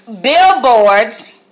billboards